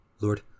Lord